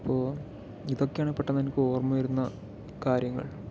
അപ്പോൾ ഇതൊക്കെയാണ് പെട്ടന്ന് എനിക്ക് ഓർമ്മ വരുന്ന കാര്യങ്ങൾ